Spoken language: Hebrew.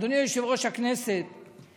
אדוני יושב-ראש הכנסת,